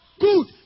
good